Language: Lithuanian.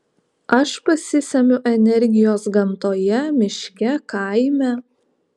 aš pasisemiu energijos gamtoje miške kaime